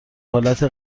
حالت